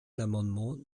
l’amendement